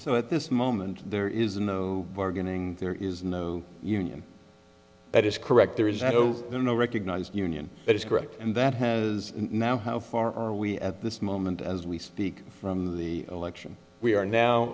so at this moment there is no bargaining there is no union that is correct there is no there no recognized union that is correct that has now how far are we at this moment as we speak from the election we are now